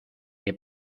que